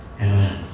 amen